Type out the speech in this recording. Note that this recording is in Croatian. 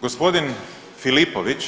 Gospodin Filipović